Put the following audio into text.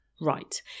Right